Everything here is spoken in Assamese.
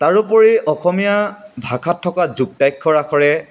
তাৰোপৰি অসমীয়া ভাষাত থকা যুক্তাক্ষৰ আখৰে